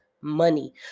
money